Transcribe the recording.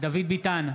דוד ביטן,